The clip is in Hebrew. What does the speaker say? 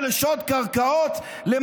מה